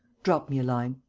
drop me a line.